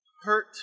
hurt